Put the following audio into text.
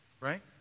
Right